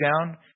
down